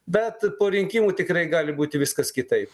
bet po rinkimų tikrai gali būti viskas kitaip